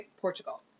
Portugal